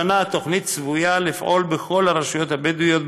השנה צפוי כי התוכנית תפעל בכל הרשויות הבדואיות